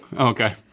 okay,